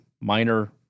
minor